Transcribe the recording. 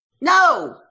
No